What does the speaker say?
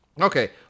Okay